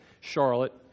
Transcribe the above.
Charlotte